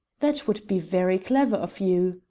that would be very clever of you,